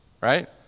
Right